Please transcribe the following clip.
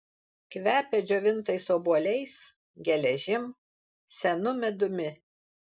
kvepia džiovintais obuoliais geležim senu medumi